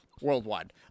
worldwide